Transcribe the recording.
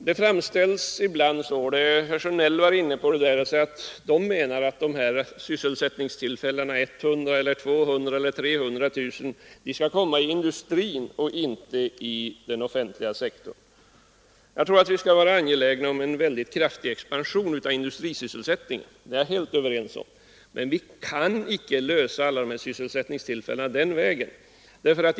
Det framställs ibland så — och även herr Sjönell var inne på den saken — att de 100 000, 200 000 eller 300 000 nya jobben skall skapas inom industrin och inte inom den offentliga sektorn. Jag tror att vi bör vara angelägna om en mycket kraftig expansion av industrisysselsättningen — på den punkten är vi helt ense. Men vi kan inte skapa alla dessa nya sysselsättningstillfällen på den vägen.